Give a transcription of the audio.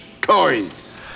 toys